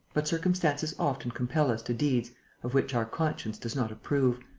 but circumstances often compel us to deeds of which our conscience does not approve.